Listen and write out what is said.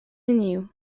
neniu